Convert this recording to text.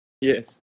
Yes